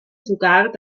sogar